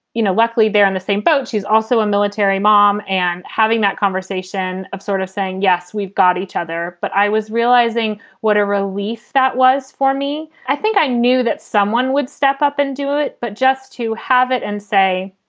you know luckily, they're in the same boat. she's also a military mom. and having that conversation of sort of saying, yes, we've got each other. but i was realizing what a relief that was for me. i think i knew that someone would step up and do it. but just to have it and say,